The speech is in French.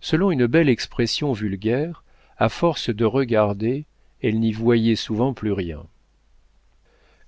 selon une belle expression vulgaire à force de regarder elle n'y voyait souvent plus rien